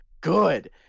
good